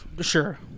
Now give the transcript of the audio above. sure